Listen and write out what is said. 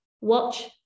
Watch